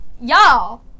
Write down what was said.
y'all